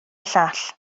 llall